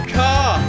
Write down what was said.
car